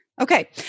Okay